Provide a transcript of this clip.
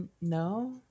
No